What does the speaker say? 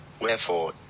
Wherefore